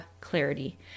clarity